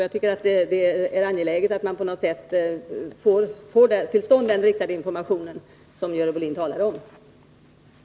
Jag tycker det är angeläget att den riktade information som Görel Bohlin talar om kommer till stånd.